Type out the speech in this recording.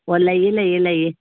ꯑꯣ ꯂꯩꯌꯦ ꯂꯩꯌꯦ ꯂꯩꯌꯦ